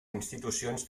institucions